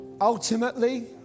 Ultimately